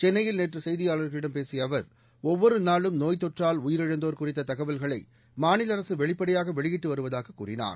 சென்னையில் நேற்று செய்தியாளர்களிடம் பேசிய அவர் ஒவ்வொரு நாளும் நோய்த்தொற்றால் உயிரிழந்தோர் குறித்த தகவல்களை மாநில அரசு வெளிப்படையாக வெளியிட்டு வருவதாக கூறினார்